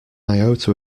iota